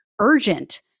urgent